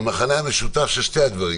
המכנה המשותף של שני הדברים,